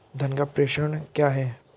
धन का प्रेषण क्या है?